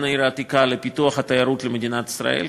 העיר העתיקה לפיתוח התיירות למדינת ישראל,